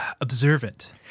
observant